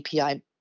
API